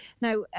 Now